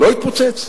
לא התפוצץ.